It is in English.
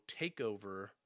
takeover